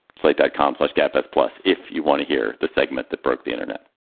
slate dotcom slugfests, plus, if you want to hear the segment that broke the internet.